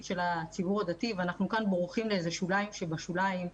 של הציבור הדתי ואנחנו כאן בורחים לאיזה שוליים שבשוליים.